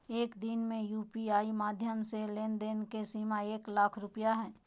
एक दिन में यू.पी.आई माध्यम से लेन देन के सीमा एक लाख रुपया हय